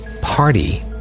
party